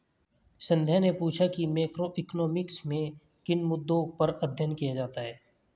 संध्या ने पूछा कि मैक्रोइकॉनॉमिक्स में किन मुद्दों पर अध्ययन किया जाता है